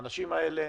האנשים האלה